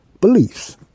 beliefs